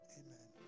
amen